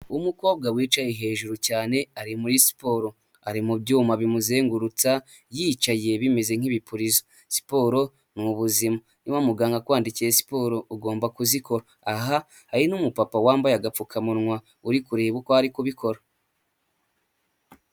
Umukobwa wicaye hejuru cyane ari muri siporo. Ari mu byuma bimuzengurutsa yicaye bimeze nk'ibipurizo. Siporo ni ubuzima. Niba muganga kwandikiye siporo ugomba kuzikora. Aha, hari n'umupapa wambaye agapfukamunwa uri kureba uko ari kubikora.